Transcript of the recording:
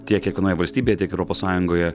tiek kiekvienoj valstybėje tiek europos sąjungoje